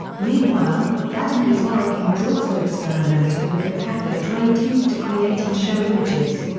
meanwhile, vladimir zworykin was also experimenting with the cathode ray tube to create and show images.